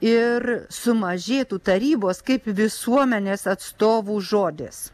ir sumažėtų tarybos kaip visuomenės atstovų žodis